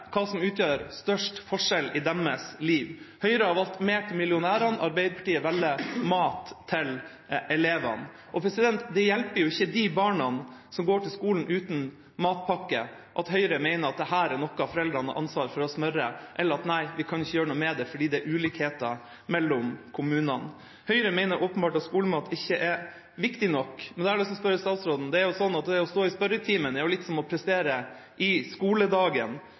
hva som utgjør størst forskjell i sitt liv. Høyre har valgt mer til millionærene, Arbeiderpartiet velger mat til elevene. Det hjelper jo ikke de barna som går på skolen uten matpakke at Høyre mener at matpakke er noe foreldrene har ansvaret for å smøre, eller å si at nei, vi kan ikke gjøre noe med det, fordi det er ulikheter mellom kommunene. Høyre mener åpenbart at skolemat ikke er viktig nok. Det er jo slik at det å stå i spørretimen er litt som å prestere i skoledagen.